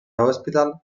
hospital